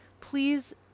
please